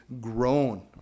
grown